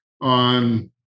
on